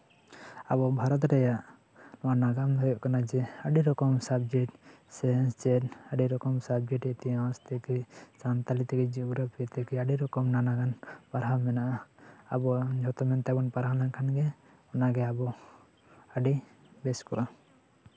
ᱟᱵᱚ ᱵᱷᱟᱨᱚᱛ ᱨᱮᱭᱟᱜ ᱚᱱᱟ ᱱᱟᱜᱟᱢ ᱫᱚ ᱦᱩᱭᱩᱜ ᱠᱟᱱᱟ ᱡᱮ ᱟᱹᱰᱤ ᱨᱚᱠᱚᱢ ᱥᱟᱵᱡᱮᱠᱴ ᱥᱮ ᱪᱮᱫ ᱟᱹᱰᱤ ᱨᱚᱠᱚᱢ ᱥᱟᱵᱡᱮᱠᱴ ᱤᱛᱤᱦᱟᱥ ᱛᱷᱮᱠᱮ ᱥᱟᱱᱛᱟᱲᱤ ᱛᱷᱮᱠᱮ ᱡᱤᱭᱳᱜᱨᱟᱯᱷᱤ ᱛᱷᱮᱠᱮ ᱟᱹᱰᱤ ᱨᱚᱠᱚᱢ ᱱᱟᱱᱟᱜᱟᱱ ᱯᱟᱲᱦᱟᱣ ᱢᱮᱱᱟᱜᱼᱟ ᱟᱵᱚ ᱡᱚᱛᱚᱱ ᱠᱟᱛᱮᱜ ᱵᱚᱱ ᱯᱟᱲᱦᱟᱣ ᱞᱮᱱᱠᱷᱟᱱ ᱜᱮ ᱚᱱᱟᱜᱮ ᱟᱹᱰᱤ ᱵᱮᱥ ᱠᱚᱜᱼᱟ